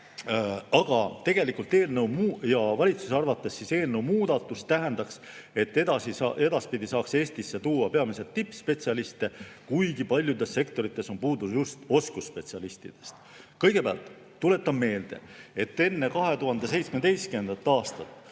palga muutumisega ajas. Valitsuse arvates eelnõukohane muudatus tähendaks, et edaspidi saaks Eestisse tuua peamiselt tippspetsialiste, kuigi paljudes sektorites on puudus just oskusspetsialistidest. Kõigepealt tuletan meelde, et enne 2017. aastat